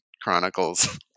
Chronicles